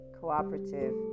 cooperative